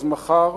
אז מחר,